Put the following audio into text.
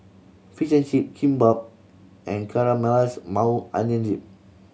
Fish and Chip Kimbap and Caramelized Maui Onion Dip